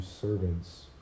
servants